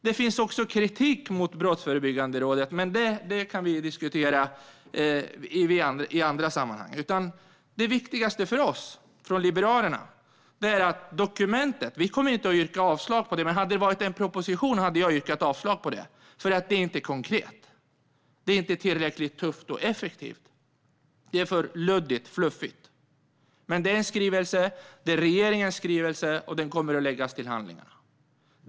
Det finns även kritik mot Brottsförebyggande rådet, men det kan vi diskutera i ett annat sammanhang. Liberalerna kommer inte att yrka avslag på detta dokument, men om det hade varit en proposition hade jag gjort det eftersom det här inte är konkret. Det är inte tillräckligt tufft och effektivt utan för luddigt och fluffigt. Men detta är en skrivelse från regeringen, och den kommer att läggas till handlingarna.